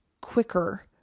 quicker